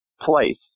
place